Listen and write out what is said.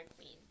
queen